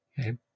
Okay